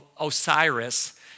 Osiris